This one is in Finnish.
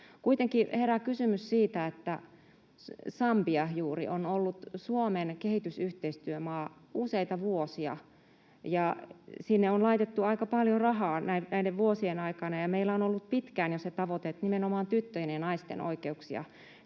Kuitenkin herää kysymys siitä, että Sambia juuri on ollut Suomen kehitysyhteistyömaa useita vuosia, ja sinne on laitettu aika paljon rahaa näiden vuosien aikana. Meillä on ollut jo pitkään se tavoite, että nimenomaan tyttöjen ja naisten oikeuksia